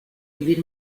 vivir